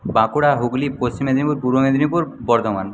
Bankura Hooghly Paschim Medinipur Purba Medinipur Bardhaman